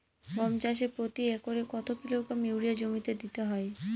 গম চাষে প্রতি একরে কত কিলোগ্রাম ইউরিয়া জমিতে দিতে হয়?